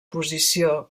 posició